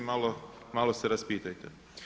Malo se raspitajte.